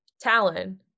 Talon